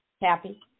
Happy